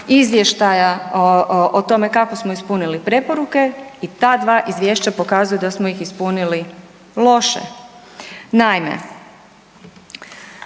izvještaja o tome kako smo ispunili preporuke i ta dva izvješća pokazuju da smo ih ispunili loše.